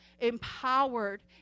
empowered